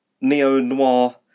neo-noir